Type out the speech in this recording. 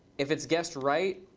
if it's guessed right,